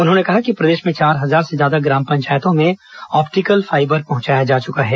उन्होंने कहा कि प्रदेश में चार हजार से ज्यादा ग्राम पंचायतों में ऑप्टिकल फाइबर पहंचाया जा चुका है